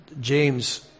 James